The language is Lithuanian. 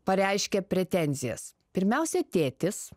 pareiškia pretenzijas pirmiausia tėtis